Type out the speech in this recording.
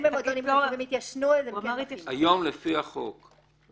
היום לפי החוק,